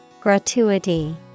Gratuity